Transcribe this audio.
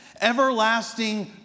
Everlasting